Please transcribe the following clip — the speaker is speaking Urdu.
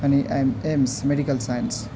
یعنی ایم ایمس میڈیکل سائنس